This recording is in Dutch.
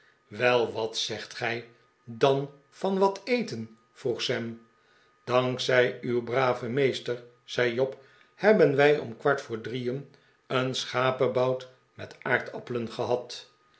wel wat zegt gij dan van wat eten vroeg sam dank zij uw braven meester zei job hebben wij om kwart voor drieen een schapebout met aardappelen gehad